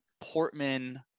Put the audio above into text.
Portman